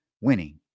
winning